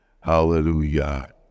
hallelujah